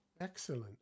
Excellent